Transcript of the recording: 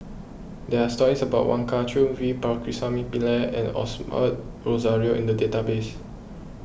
there are stories about Wong Kah Chun V Pakirisamy Pillai and Osbert Rozario in the database